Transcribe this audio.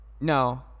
No